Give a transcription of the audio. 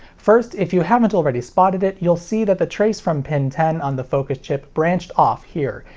first, if you haven't already spotted it, you'll see that the trace from pin ten on the focus chip branched off here,